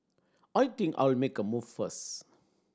I think I'll make a move first